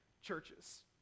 churches